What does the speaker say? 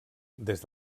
des